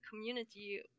community